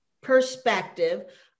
perspective